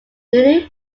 newly